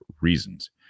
reasons